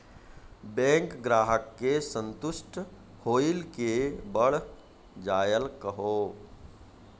Bank ग्राहक के संतुष्ट होयिल के बढ़ जायल कहो?